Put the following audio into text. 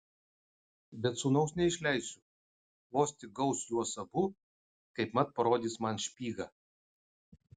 bet sūnaus neišleisiu vos tik gaus juos abu kaipmat parodys man špygą